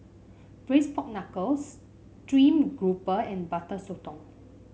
Braised Pork Knuckle stream grouper and Butter Sotong